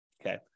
Okay